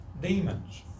demons